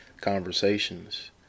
conversations